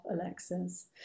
alexis